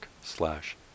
slash